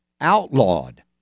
outlawed